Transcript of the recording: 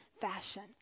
fashion